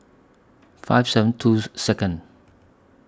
five seven two Second